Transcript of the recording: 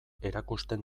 erakusten